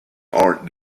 art